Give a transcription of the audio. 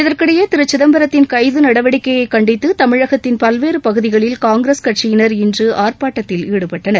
இதற்கிடையே திரு சிதம்பரத்தின் கைது நடவடிக்கையை கண்டித்து தமிழகத்தின் பல்வேறு பகுதிகளில் காங்கிரஸ் கட்சியினர் இன்று ஆர்ப்பாட்டத்தில் ஈடுபட்டனர்